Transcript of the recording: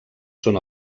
són